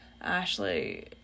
Ashley